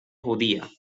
judía